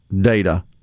data